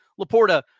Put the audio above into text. Laporta